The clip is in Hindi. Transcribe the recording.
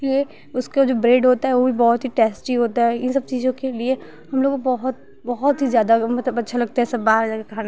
कि ये उसका जो ब्रेड होता है वो भी बहुत ही टेस्टी होता है इन सब चीज़ों के लिए हम लोग बहुत बहुत ही ज़्यादा मतलब अच्छा लगता है ये सब बाहर जा कर खाना